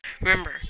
Remember